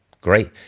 great